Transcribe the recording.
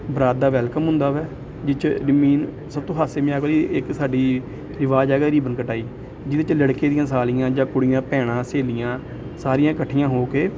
ਬਰਾਤ ਦਾ ਵੈਲਕਮ ਹੁੰਦਾ ਹੈ ਜਿਸ 'ਚ ਰਿਮੇਨ ਸਭ ਤੋਂ ਹਾਸੇ ਮਜ਼ਾਕ ਵਾਲੀ ਇੱਕ ਸਾਡੀ ਰਿਵਾਜ਼ ਹੈਗਾ ਰੀਬਨ ਕਟਾਈ ਜਿਹਦੇ 'ਚ ਲੜਕੇ ਦੀਆਂ ਸਾਲੀਆਂ ਜਾਂ ਕੁੜੀਆਂ ਭੈਣਾਂ ਸਹੇਲੀਆਂ ਸਾਰੀਆਂ ਇਕੱਠੀਆਂ ਹੋ ਕੇ